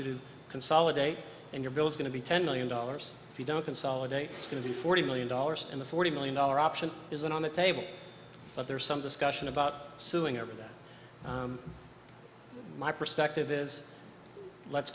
you to consolidate in your bill is going to be ten million dollars if you don't consolidate to the forty million dollars and the forty million dollar option isn't on the table but there's some discussion about suing over that my perspective is let's